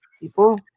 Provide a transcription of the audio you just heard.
People